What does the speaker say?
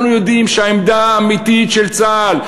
אנחנו יודעים שהעמדה האמיתית של צה"ל,